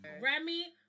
Remy